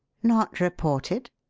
not reported